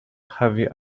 heavy